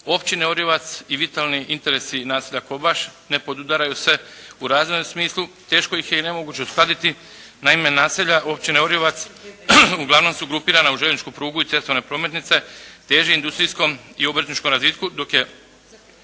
Općine Orijovac i vitalni interesi naselja Kobaš ne podudaraju se u razvojnom smislu, teško ih je i nemoguće uskladiti. Naime, naselja Općine Orijovac uglavnom su grupirana uz željezničku prugu i cestovne prometnice teže industrijskom i umjetničkom razvitku dok je